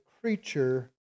creature